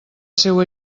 seua